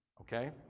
Okay